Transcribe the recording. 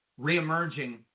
reemerging